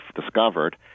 discovered